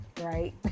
right